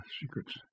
secrets